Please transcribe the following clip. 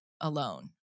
alone